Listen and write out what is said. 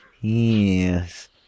Yes